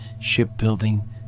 shipbuilding